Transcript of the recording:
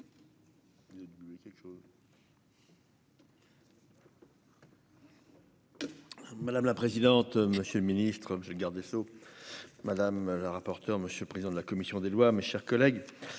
Madame la présidente, monsieur le Ministre, je le garde des sceaux, madame la rapporteure, Monsieur, président de la commission des lois, mes chers collègues,